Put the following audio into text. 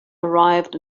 arrived